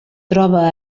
troba